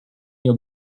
your